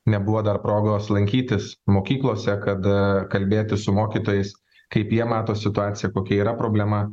nebuvo dar progos lankytis mokyklose kad kalbėtis su mokytojais kaip jie mato situaciją kokia yra problema